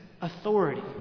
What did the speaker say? authority